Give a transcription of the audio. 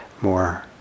more